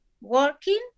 working